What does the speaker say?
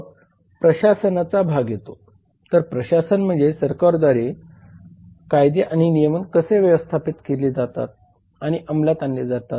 मग प्रशासनाचा भाग येतो तर प्रशासन म्हणजे सरकारद्वारे कायदे आणि नियम कसे व्यवस्थापित केले जातात आणि अंमलात आणले जातात